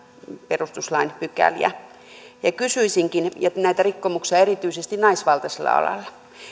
perustuslain pykäliä ja näitä rikkomuksia on erityisesti naisvaltaisilla aloilla